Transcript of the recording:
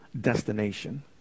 destination